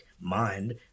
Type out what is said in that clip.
mind